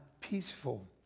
peaceful